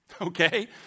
Okay